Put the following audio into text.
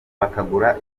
bakagura